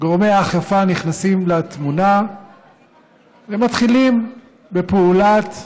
גורמי האכיפה נכנסים לתמונה ומתחילים בפעולת החקירה.